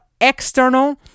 external